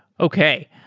okay.